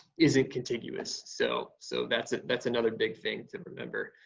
isn't contiguous. so so that's ah that's another big thing to remember.